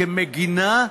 כמגינה,